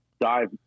dive